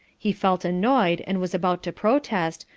he felt annoyed and was about to protest,